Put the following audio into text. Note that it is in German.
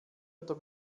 oder